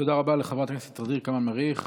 תודה רבה לחברת ע'דיר כמאל מריח.